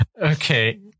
Okay